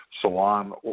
salon